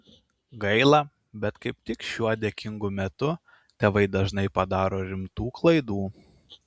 gaila bet kaip tik šiuo dėkingu metu tėvai dažnai padaro rimtų klaidų